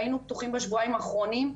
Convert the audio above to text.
והיינו פתוחים בשבועיים האחרונים,